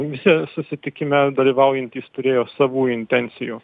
visi susitikime dalyvaujantys turėjo savų intencijų